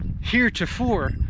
heretofore